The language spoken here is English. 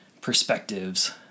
perspectives